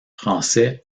français